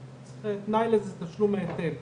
זה ערעור אחד,